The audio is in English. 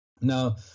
Now